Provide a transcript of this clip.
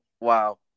Wow